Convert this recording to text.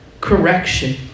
correction